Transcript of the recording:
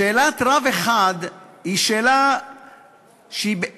שאלת רב אחד היא שאלה שבהתחלה,